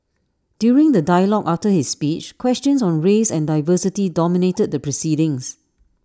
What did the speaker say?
during the dialogue after his speech questions on race and diversity dominated the proceedings